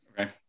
okay